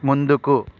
ముందుకు